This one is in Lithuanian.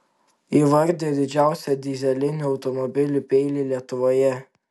įvardijo didžiausią dyzelinių automobilių peilį lietuvoje